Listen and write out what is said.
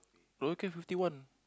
okay fifty one